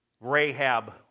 Rahab